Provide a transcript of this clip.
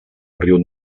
riu